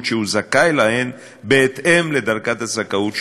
שהוא זכאי להן בהתאם לדרגת הזכאות שלו,